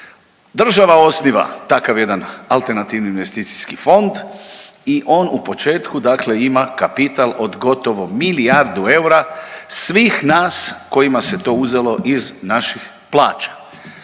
Država osniva takav jedan alternativni investicijski fond i on u početku dakle ima kapital od gotovo milijardu eura svih nas kojima se to uzelo iz naših plaća.